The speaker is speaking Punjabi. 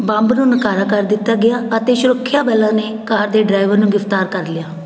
ਬੰਬ ਨੂੰ ਨਕਾਰਾ ਕਰ ਦਿੱਤਾ ਗਿਆ ਅਤੇ ਸੁਰੱਖਿਆ ਬਲਾਂ ਨੇ ਕਾਰ ਦੇ ਡਰਾਈਵਰ ਨੂੰ ਗ੍ਰਿਫਤਾਰ ਕਰ ਲਿਆ